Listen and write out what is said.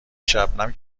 شبنم